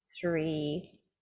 three